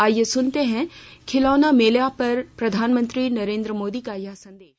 आइये सुनते हैं खिलौना मेला पर प्रधानमंत्री नरेन्द्र मोदी का यह संदेश